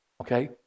Okay